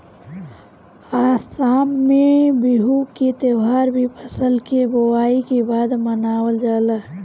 आसाम में बिहू के त्यौहार भी फसल के बोआई के बाद मनावल जाला